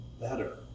better